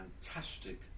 fantastic